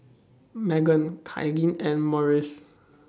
Meggan Kylene and Morris